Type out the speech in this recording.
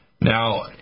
Now